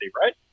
Right